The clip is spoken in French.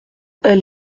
elle